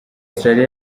australia